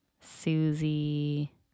Susie